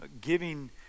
giving